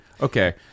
okay